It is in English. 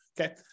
Okay